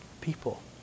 people